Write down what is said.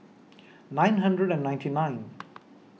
nine hundred and ninety nine